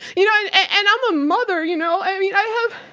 you know, and i'm a mother, you know? i mean, i have,